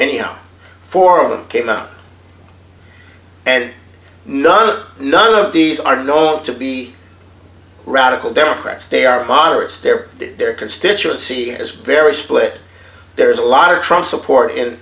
know four of them came out and none none of these are known to be radical democrats they are moderates they're their constituency is very split there's a lot of trust support and